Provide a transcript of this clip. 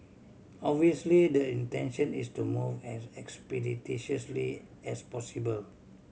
obviously the intention is to move as expeditiously as possible